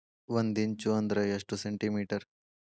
ಒಂದಿಂಚು ಅಂದ್ರ ಎಷ್ಟು ಸೆಂಟಿಮೇಟರ್?